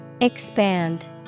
Expand